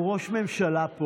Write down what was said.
הוא ראש ממשלה פה,